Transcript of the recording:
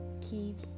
keep